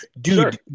Dude